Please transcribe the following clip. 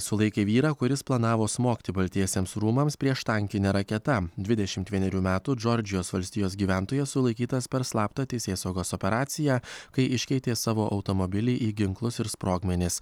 sulaikė vyrą kuris planavo smogti baltiesiems rūmams prieštankine raketa dvidešimt vienerių metų džordžijos valstijos gyventojas sulaikytas per slaptą teisėsaugos operaciją kai iškeitė savo automobilį į ginklus ir sprogmenis